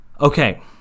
Okay